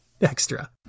extra